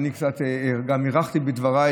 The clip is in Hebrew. אני קצת הארכתי בדבריי,